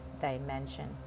dimension